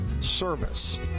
service